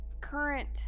current